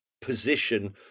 position